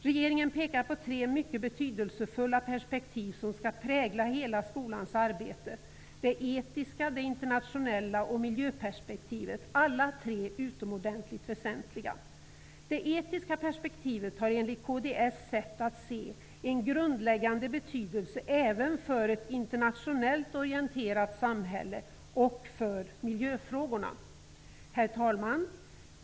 Regeringen pekar på tre mycket betydelsefulla perspektiv, som skall prägla hela skolans arbete -- det etiska och det internationella perspektivet samt miljöperspektivet. Alla tre är utomordentligt väsentliga. Det etiska perspektivet har enligt kds sätt att se en grundläggande betydelse även för ett internationellt orienterat samhälle och för miljöfrågorna. Herr talman!